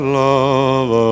love